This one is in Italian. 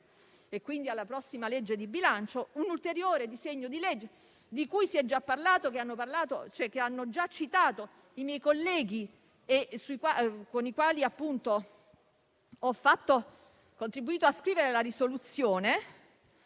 e quindi alla prossima legge di bilancio, un ulteriore disegno di legge, di cui si è già parlato e che hanno già citato i miei colleghi con i quali ho contribuito a scrivere la proposta